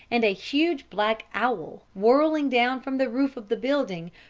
and a huge black owl, whirling down from the roof of the building,